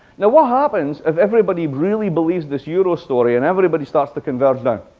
yeah what happens if everybody really believes this euro story and everybody starts to converge down?